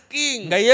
king